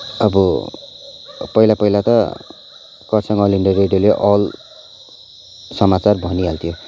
अब पहिला पहिला त खरसाङ अल इन्डिया रेडियोले अल समाचार भनिहाल्थ्यो